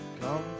Come